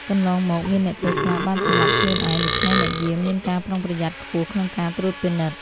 កន្លងមកមានអ្នកទោសខ្លះបានសម្លាប់ខ្លួនឯង ដូច្នេះអ្នកយាមមានការប្រុងប្រយ័ត្នខ្ពស់ក្នុងការត្រួតពិនិត្យ។